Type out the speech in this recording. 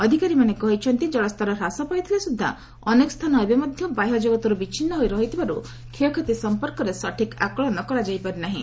ଅଧିକାରୀମାନେ କହିଛନ୍ତି ଜଳସ୍ତର ହ୍ରାସ ପାଇଥିଲେ ସୁଦ୍ଧା ଅନେକ ସ୍ଥାନ ଏବେ ମଧ୍ୟ ବାହ୍ୟ ଜଗତରୁ ବିଚ୍ଛିନ୍ନ ହୋଇ ରହିଥିବାରୁ କ୍ଷୟକ୍ଷତି ସଂପର୍କରେ ସଠିକ୍ ଆକଳନ କରାଯାଇ ପାରିନାହିଁ